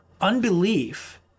unbelief